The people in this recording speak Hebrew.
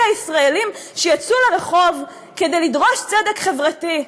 הישראלים שיצאו לרחוב כדי לדרוש צדק חברתי,